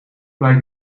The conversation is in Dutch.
blijkt